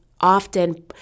often